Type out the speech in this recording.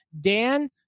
Dan